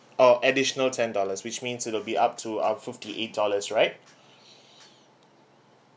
oh additional ten dollars which means it will be up to uh fifty eight dollars right